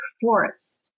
forest